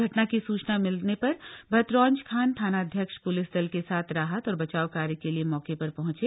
घटना की सूचना मिलने पर भतरौंजखान थानाध्यक्ष प्लिस दल के साथ राहत और बचाव कार्य के लिए मौके पर पहंचे